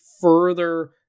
further